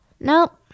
Nope